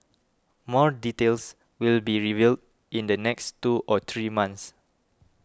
more details will be revealed in the next two or three months